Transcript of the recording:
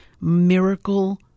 miracle